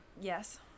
Yes